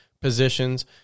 positions